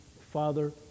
father